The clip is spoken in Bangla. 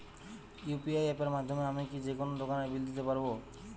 ইউ.পি.আই অ্যাপের মাধ্যমে আমি কি যেকোনো দোকানের বিল দিতে পারবো?